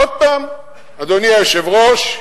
עוד פעם, אדוני היושב-ראש,